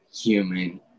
human